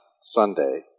Sunday